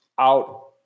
out